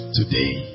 today